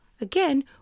again